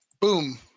Boom